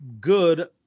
good